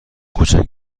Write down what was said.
کوچک